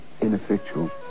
ineffectual